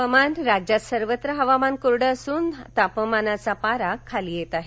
हवामान राज्यात सर्वत्र हवामान कोरडं असून तापमानाचा पारा खाली येत आहे